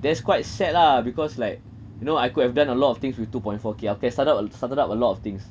that's quite sad lah because like you know I could have done a lot of things with two point four K I can start up a started up a lot of things